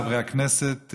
חברי הכנסת,